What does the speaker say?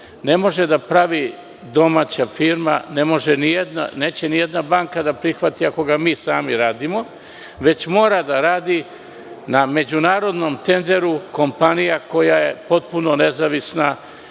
ne može da pravi domaća firma. Neće ni jedna banka da prihvati ako ga mi sami radimo, već mora da radi kompanija koja je potpuno nezavisna,